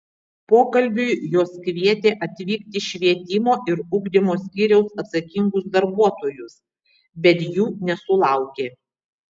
pokalbiui jos kvietė atvykti švietimo ir ugdymo skyriaus atsakingus darbuotojus bet jų nesulaukė